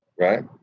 right